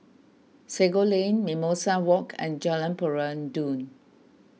Sago Lane Mimosa Walk and Jalan Peradun